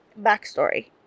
backstory